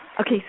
Okay